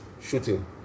shooting